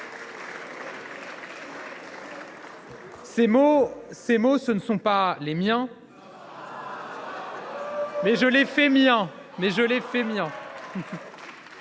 Ces mots ne sont pas les miens, mais je les fais miens.